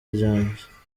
ryanjye